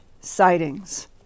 sightings